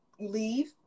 leave